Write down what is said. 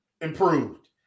improved